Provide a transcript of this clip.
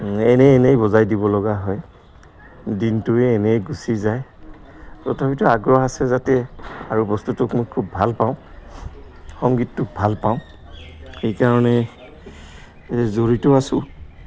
এনেই এনেই বজাই দিব লগা হয় দিনটোৱে এনেই গুচি যায় তথাপিতো আগ্ৰহ আছে যাতে আৰু বস্তুটোক মই খুব ভাল পাওঁ সংগীতটোক ভাল পাওঁ সেইকাৰণে জড়িত আছোঁ